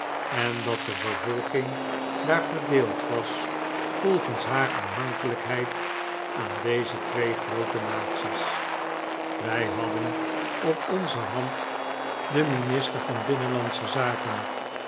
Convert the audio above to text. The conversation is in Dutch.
en dat de bevolking daar verdeeld was volgens haar aanhankelijkheid aan deze twee groote naties wij hadden op onze hand den minister van binnenlandsche zaken